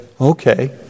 okay